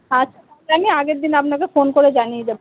আচ্ছা তাহলে আমি আগের দিন আপনাকে ফোন করে জানিয়ে দেবো